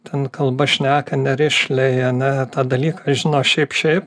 ten kalba šneka nerišliai ane tą dalyką žino šiaip šiaip